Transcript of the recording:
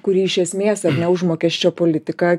kuri iš esmės ar ne užmokesčio politiką